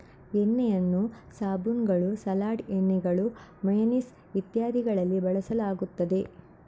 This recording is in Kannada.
ಎಣ್ಣೆಯನ್ನು ಸಾಬೂನುಗಳು, ಸಲಾಡ್ ಎಣ್ಣೆಗಳು, ಮೇಯನೇಸ್ ಇತ್ಯಾದಿಗಳಲ್ಲಿ ಬಳಸಲಾಗುತ್ತದೆ